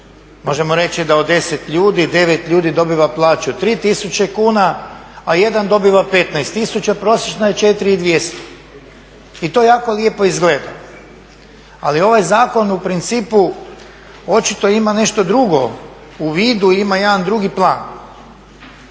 Možemo reći da od 10 ljudi 9 ljudi dobiva plaću 3000 kuna, a 1 dobiva 15 000, prosječna je 4200. I to jako lijepo izgleda. Ali ovaj zakon u principu očito ima nešto drugo u vidu, ima jedan drugi plan.